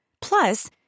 Plus